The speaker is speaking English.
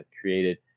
created